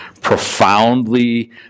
profoundly